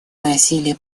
носили